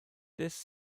des